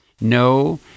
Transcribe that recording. No